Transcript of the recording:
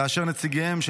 כאשר נציגיהם,